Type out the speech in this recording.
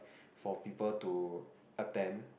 for people to attend